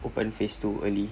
open phase two early